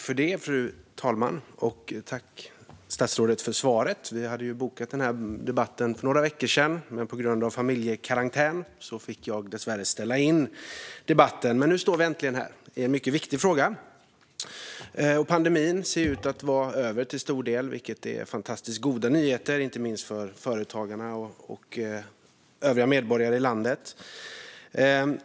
Fru talman! Jag tackar statsrådet för svaret. Vi hade ju bokat den här debatten för några veckor sedan. På grund av familjekarantän fick jag dessvärre ställa in, men nu står vi äntligen här i en mycket viktig fråga. Pandemin ser ut att vara över till stor del, vilket är fantastiskt goda nyheter inte minst för företagarna och övriga medborgare i landet.